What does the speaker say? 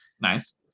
nice